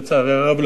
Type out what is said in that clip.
לצערי הרב,